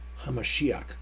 HaMashiach